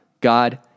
God